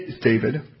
david